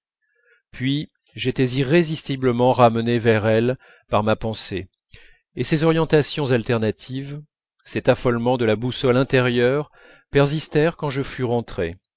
puis j'étais irrésistiblement ramené vers elle par ma pensée et ces orientations alternatives cet affolement de la boussole intérieure persistèrent quand je fus rentré